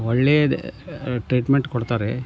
ಒಳ್ಳೇದು ಟ್ರೀಟ್ಮೆಂಟ್ ಕೊಡ್ತಾರೆ